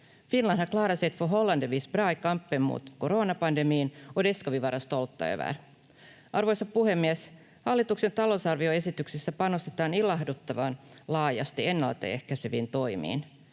bra i kampen mot coronapandemin och det ska vi vara stolta över. Arvoisa puhemies! Hallituksen talousarvioesityksessä panostetaan ilahduttavan laajasti ennaltaehkäiseviin toimiin.